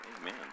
Amen